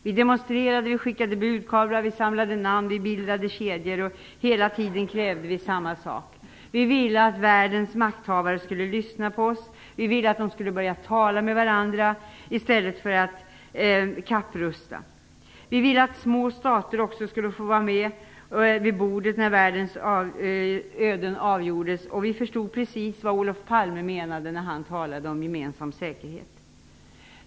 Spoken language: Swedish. Vi demonstrerade, skickade budkavlar, samlade namn, bildade kedjor och hela tiden krävde vi samma sak. Vi ville att världens makthavare skulle lyssna på oss och att de skulle börja tala med varandra i stället för att kapprusta. Vi ville att också små stater skulle få vara med vid bordet när världens öden avgjordes. Vi förstod precis vad Olof Palme menade när han talade om gemensam säkerhet.